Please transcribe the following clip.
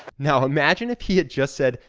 now imagine if he had just said,